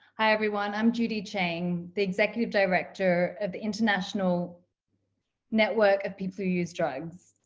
hi everyone, i'm judy chang, the executive director of the international network of people who use drugs.